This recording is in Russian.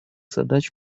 задач